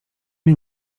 nie